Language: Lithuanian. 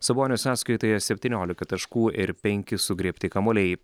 sabonio sąskaitoje septyniolika taškų ir penki sugriebti kamuoliai